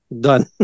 Done